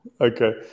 Okay